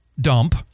dump